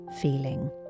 feeling